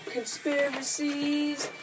Conspiracies